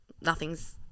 nothing's